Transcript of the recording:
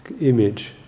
image